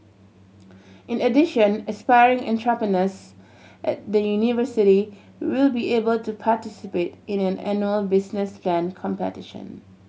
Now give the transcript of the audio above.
in addition aspiring entrepreneurs at the university will be able to participate in an annual business plan competition